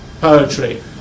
poetry